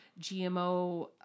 GMO